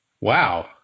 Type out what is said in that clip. Wow